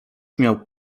miał